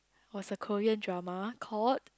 was the Korean drama called